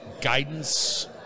guidance